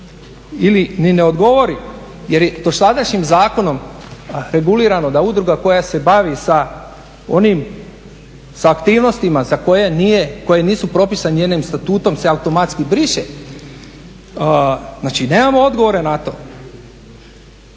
ili ni ne odgovori jer je dosadašnjim zakonom regulirano da udruga koja se bavi sa aktivnostima koje nisu propisane njenim statutom se automatski briše, znači nemamo odgovore na to.